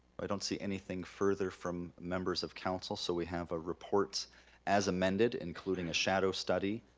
i don't see anything further from members of council so we have a report as amended including a shadow study,